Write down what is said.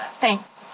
Thanks